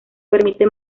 permite